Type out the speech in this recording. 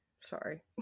Sorry